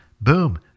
Boom